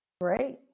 Great